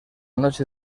noche